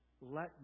let